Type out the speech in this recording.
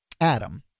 Adam